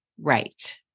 right